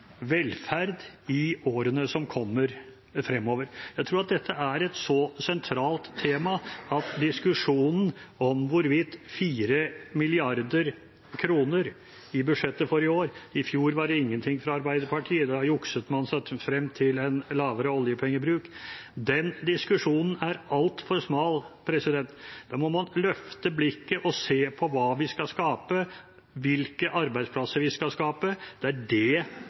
velferd i årene fremover. Jeg tror at dette er et så sentralt tema at diskusjonen om 4 mrd. kr i budsjettet for i år – i fjor var det ingenting fra Arbeiderpartiet, da jukset man seg frem til en lavere oljepengebruk – er altfor smal. Da må man løfte blikket og se på hva vi skal skape, hvilke arbeidsplasser vi skal skape. Det er det